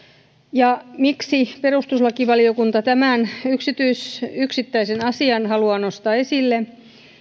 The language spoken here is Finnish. se miksi perustuslakivaliokunta tämän yksittäisen asian haluaa nostaa esille